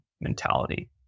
mentality